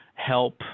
Help